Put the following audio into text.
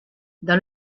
dans